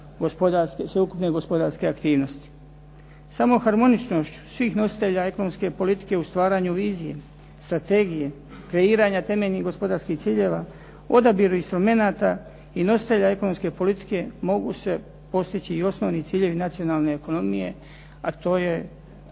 sveukupne gospodarske aktivnosti. Samo harmoničnošću svih nositelja ekonomske politike u stvaranju vizije, strategije, kreiranja temeljnih gospodarskih ciljeva, odabir instrumenata i nositelja ekonomske politike mogu se postići i osnovni ciljevi nacionalne ekonomije, a to je